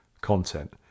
content